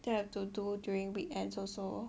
then I have to do during weekends also